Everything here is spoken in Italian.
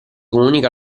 comunica